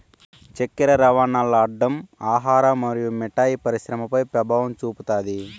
చక్కర రవాణాల్ల అడ్డం ఆహార మరియు మిఠాయి పరిశ్రమపై పెభావం చూపుతాది